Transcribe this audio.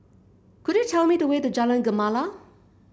could you tell me the way to Jalan Gemala